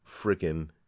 freaking